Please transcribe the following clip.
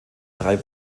drei